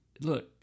Look